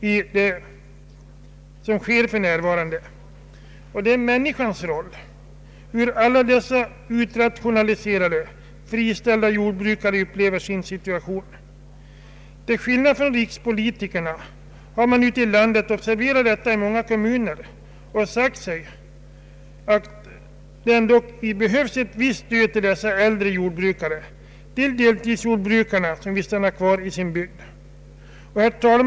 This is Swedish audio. Jag tänker på människans roll, på hur alla dessa utrationaliserade, friställda jordbrukare upplever sin situation. Till skillnad från rikspolitikerna har politikerna ute i landet — observera detta! — i många kommuner sagt sig att det behövs ett visst stöd till dessa äldre jordbrukare, till deltidsjordbrukare som vill stanna Ang. jordbrukspolitiken kvar i sin bygd.